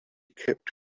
kept